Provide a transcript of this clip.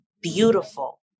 beautiful